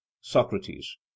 socrates